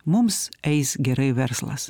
mums eis gerai verslas